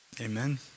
Amen